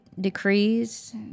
decrees